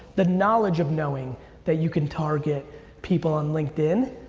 the knowledge of knowing that you can target people on linkedin.